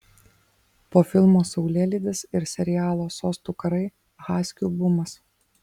po filmo saulėlydis ir serialo sostų karai haskių bumas